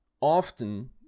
Often